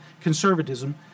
conservatism